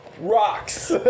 Rocks